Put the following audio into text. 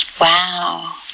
Wow